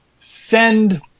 send